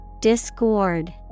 Discord